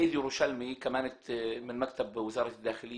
(מתרגם את הדברים לערבית).